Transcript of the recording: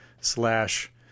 slash